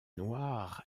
noir